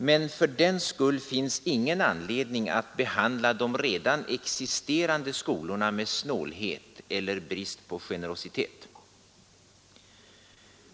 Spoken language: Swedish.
Men fördenskull finns ingen anledning att behandla de redan existerande skolorna med snålhet eller brist på generositet.